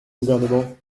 gouvernement